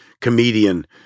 comedian